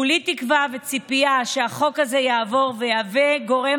כולי תקווה וציפייה שהחוק הזה יעבור ויהווה גורם